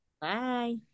bye